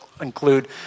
include